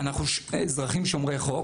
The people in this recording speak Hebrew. אנחנו שני אזרחי שומרי חוק.